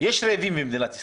יש רעבים במדינת ישראל.